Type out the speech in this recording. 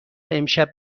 امشب